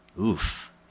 Oof